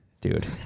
dude